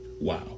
Wow